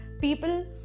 people